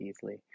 easily